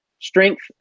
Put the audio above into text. strength